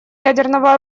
ядерного